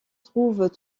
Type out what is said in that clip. trouve